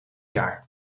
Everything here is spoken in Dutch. jaar